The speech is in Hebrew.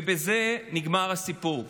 ובזה נגמר הסיפור.